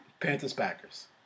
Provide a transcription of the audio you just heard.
Panthers-Packers